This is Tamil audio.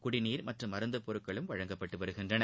குடிநீர் மற்றும் மருந்து பொருட்களும் வழங்கப்பட்டு வருகின்றன